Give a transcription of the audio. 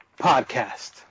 podcast